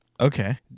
Okay